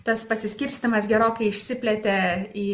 tas pasiskirstymas gerokai išsiplėtė į